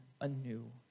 anew